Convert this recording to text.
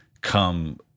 come